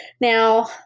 Now